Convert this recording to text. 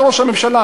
אתה ראש הממשלה,